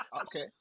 Okay